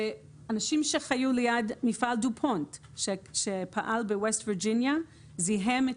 אנשים שחיו ליד מפעל דופונט שפעל במערב וירג'יניה וזיהם את